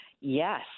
Yes